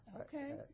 Okay